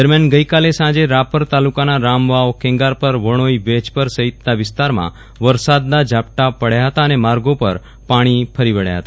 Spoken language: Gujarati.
દરમિયાન ગઈકાલે સાંજે રાપર તાલુકાનાં રામવાવખેગારપરવણોઈવેજપેર સફીત નાં વિસ્તારમાં વરસાદનાં ઝાપટા પડ્યા ફતા અને માર્ગો પર પાણી ફરી વબ્યા હતા